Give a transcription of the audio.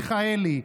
מיכאלי,